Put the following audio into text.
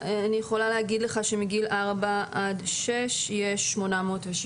אני יכולה להגיד לך שמגיל 4 עד 6 יש 807